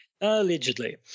Allegedly